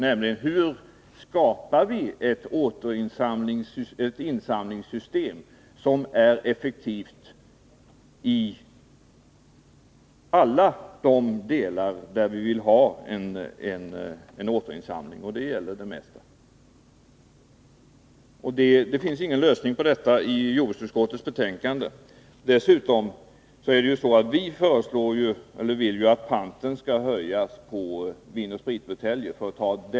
Hur skapar vi ett insamlingssystem som är effektivt på alla områden där vi vill ha en återinsamling? Det gäller den största delen av glaset. Det finns ingen lösning på dessa frågor i jordbruksutskottets betänkande. Dessutom vill vi att panten skall höjas på vinoch spritbuteljer.